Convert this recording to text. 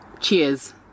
cheers